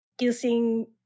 using